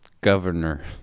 Governor